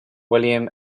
william